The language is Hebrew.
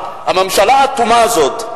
הממשלה האטומה הזאת,